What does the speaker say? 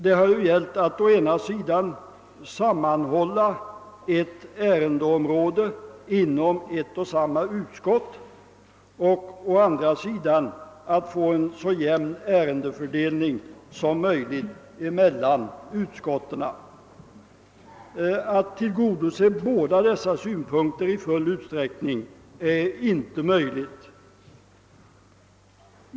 Det har gällt att å ena sidan sammanhålla ett ärendeområde inom ett och samma utskott, å andra sidan att åstadkomma en så jämn ärendefördelning som möjligt mellan utskotten. Att helt tillgodose båda dessa önskemål är inte möjligt.